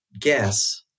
guess